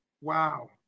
Wow